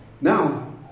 Now